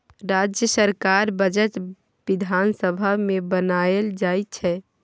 राज्य सरकारक बजट बिधान सभा मे बनाएल जाइ छै